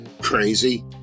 crazy